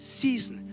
season